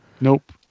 nope